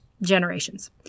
Generations